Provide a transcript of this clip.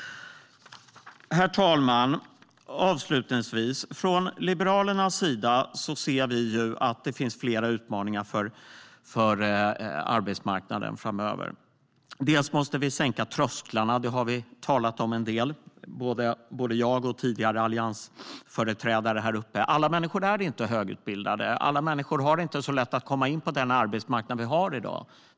Herr talman! Avslutningsvis ser vi från Liberalernas sida att det finns flera utmaningar för arbetsmarknaden framöver. Vi måste sänka trösklarna. Det har vi talat om en del, både jag och tidigare alliansföreträdare här i talarstolen. Alla människor är inte högutbildade. Alla människor har inte så lätt att komma in på den arbetsmarknad vi har i dag.